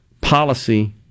policy